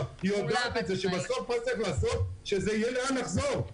היא יודעת צריך לעשות שיהיה לאן לחזור בסוף.